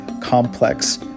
complex